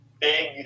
big